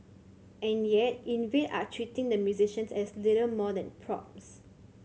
and yet Invade are treating the musicians as little more than props